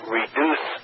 reduce